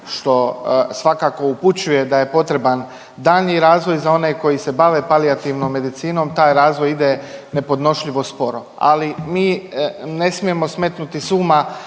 što svakako upućuje da je potreban daljnji razvoj za one koji se bave palijativnom medicinom. Taj razvoj ide nepodnošljivo sporo, ali mi ne smijemo smetnuti sa